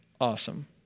Awesome